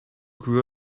grew